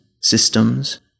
systems